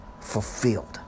fulfilled